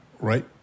right